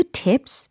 tips